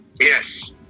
Yes